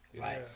Right